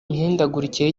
mihindagurikire